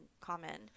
common